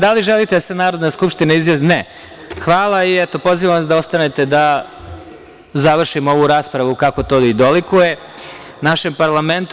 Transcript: Da li želite da se Narodna skupština izjasni? (Ne) Hvala i pozivam vas da ostanete da završimo ovu raspravu kako to i dolikuje našem parlamentu.